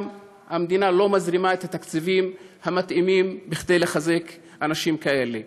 המדינה לא מזרימה את התקציבים המתאימים כדי לחזק אנשים כאלה.